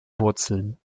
wurzeln